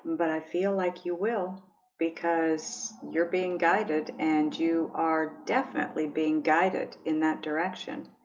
but i feel like you will because you're being guided and you are definitely being guided in that direction